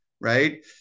right